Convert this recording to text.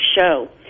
show